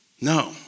No